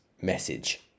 message